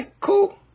cool